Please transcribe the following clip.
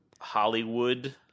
Hollywood